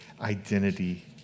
identity